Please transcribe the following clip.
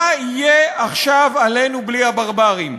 // מה יהיה עכשיו עלינו בלי הברברים?